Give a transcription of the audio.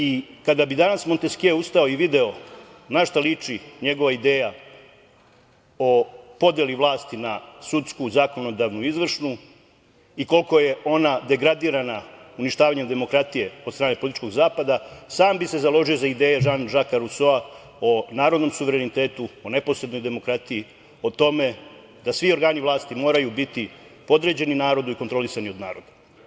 I kada bi danas Monteskje ustao i video na šta liči njegova ideja o podeli vlasti na sudsku, zakonodavnu i izvršnu i koliko je ona degradirana uništavanjem demokratije od strane političkog zapada, sam bi se založio za ideje Žan Žak Rusoa o narodnom suverenitetu, o neposrednoj demokratiji, o tome da svi organi vlasti moraju biti podređeni narodu i kontrolisani od naroda.